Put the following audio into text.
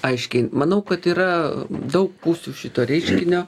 aiškiai manau kad yra daug pusių šito reiškinio